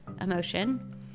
emotion